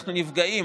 אנחנו נפגעים,